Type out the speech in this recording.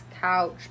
couch